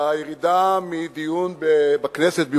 בירידה מדיון בכנסת בירושלים,